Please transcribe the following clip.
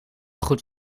goed